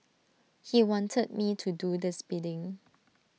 he wanted me to do this bidding